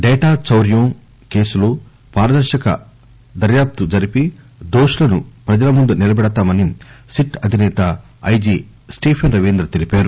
data చౌర్యం కేసులో పారదర్శకంగా దర్యాప్తు జరిపి దోషులను ప్రజల ముందు నిలబెడుతామని సిట్ అధిసేత స్టీఫెస్ రవీంద్ర చెప్పారు